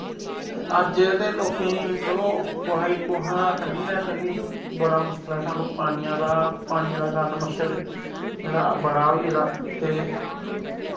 अज्ज ते लोकेंई चलो कुसै गी कुसा नै कंढी बड़ा मुश्कल ऐ स्हानू पानिया दा पानियें दे कारन मच्छर जेह्ड़ा बड़ा होई गेदा ते